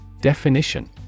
Definition